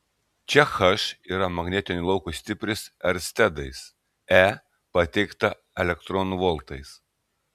čia h yra magnetinio lauko stipris erstedais e pateikta elektronvoltais